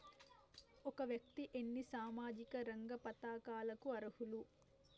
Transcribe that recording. ఒక వ్యక్తి ఎన్ని సామాజిక రంగ పథకాలకు అర్హులు?